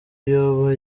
yoba